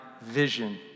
vision